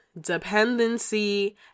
dependency